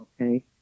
okay